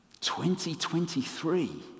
2023